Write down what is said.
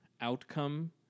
outcome